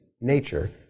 nature